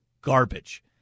garbage